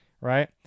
Right